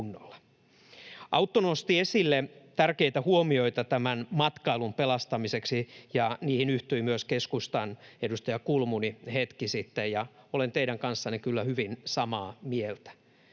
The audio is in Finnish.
Autto nosti esille tärkeitä huomioita matkailun pelastamiseksi, ja niihin yhtyi myös keskustan edustaja Kulmuni hetki sitten. Olen teidän kanssanne kyllä hyvin samaa mieltä.